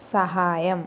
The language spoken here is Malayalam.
സഹായം